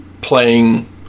playing